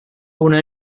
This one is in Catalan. una